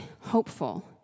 hopeful